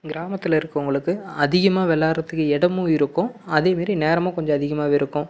கிராமத்தில் இருக்குறவங்களுக்கு அதிகமாக விளையாட்றதுக்கு இடமும் இருக்கும் அதே மாரி நேரமும் கொஞ்சம் அதிகமாகவே இருக்கும்